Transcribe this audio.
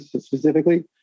specifically